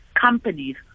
companies